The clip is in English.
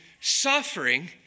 suffering